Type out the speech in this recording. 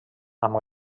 amb